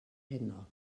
heno